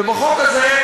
ובחוק הזה,